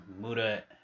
Muda